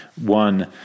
one